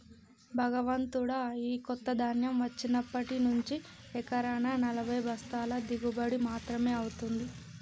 భగవంతుడా, ఈ కొత్త ధాన్యం వచ్చినప్పటి నుంచి ఎకరానా నలభై బస్తాల దిగుబడి మాత్రమే అవుతుంది